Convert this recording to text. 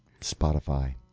Spotify